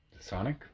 Sonic